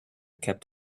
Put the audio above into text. kept